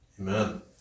Amen